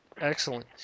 Excellent